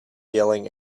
yelling